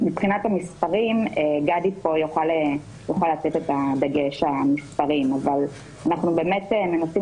מבחינת המסרים גדי יוכל לשים את הדגש על המסרים אבל אנחנו באמת מנסים